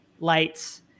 lights